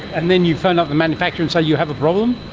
and then you phone up the manufacturer and say you have a problem?